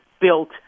built